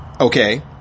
Okay